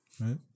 right